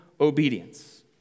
Obedience